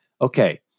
okay